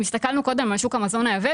אם הסתכלנו קודם על שוק המזון היבש,